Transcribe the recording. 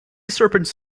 serpents